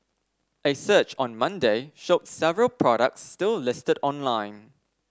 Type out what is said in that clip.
a search on Monday showed several products still listed online